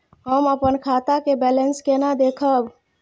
हम अपन खाता के बैलेंस केना देखब?